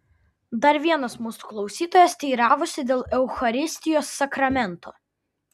dar vienas mūsų klausytojas teiravosi dėl eucharistijos sakramento